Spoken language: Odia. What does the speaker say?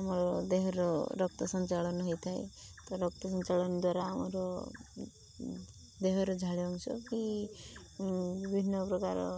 ଆମର ଦେହର ରକ୍ତ ସଞ୍ଚାଳନ ହେଇଥାଏ ତ ରକ୍ତ ସଞ୍ଚାଳନ ଦ୍ୱାରା ଆମର ଦେହର ଝାଳ ଅଂଶ କି ବିଭିନ୍ନ ପ୍ରକାର